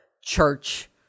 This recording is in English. church